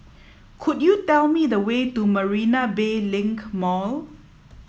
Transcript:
could you tell me the way to Marina Bay Link Mall